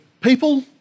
people